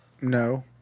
No